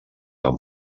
amb